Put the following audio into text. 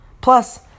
Plus